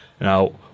Now